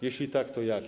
Jeśli tak, to jakie?